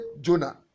Jonah